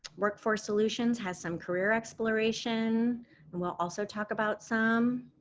workforce solutions has some career exploration and we'll also talk about some,